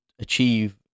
achieve